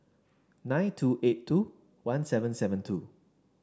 nine two eight two one seven seven two